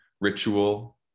ritual